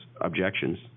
objections